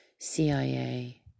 CIA